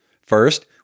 First